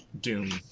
doom